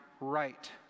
right